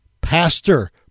pastor